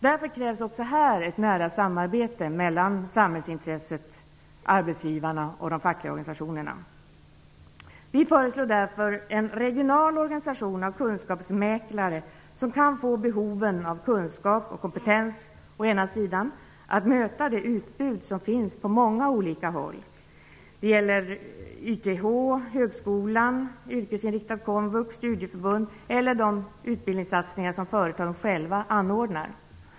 Därför krävs också här ett nära samarbete mellan samhällsintresset, arbetsgivarna och de fackliga organisationerna. Vi föreslår därför en regional organisation av kunskapsmäklare som kan få behoven av kunskap och kompetens att möta det utbud som finns på många håll. Det gäller YTH, högskolekurser, yrkesinriktad komvux, studieförbund och de utbildningssatsningar som företagen själva anordnar.